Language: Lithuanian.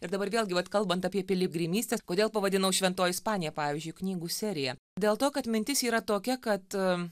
ir dabar vėlgi vat kalbant apie piligrimystę kodėl pavadinau šventoji ispanija pavyzdžiui knygų seriją dėl to kad mintis yra tokia kad